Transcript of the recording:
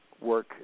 work